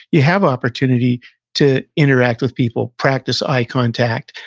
you have opportunity to interact with people, practice eye contact,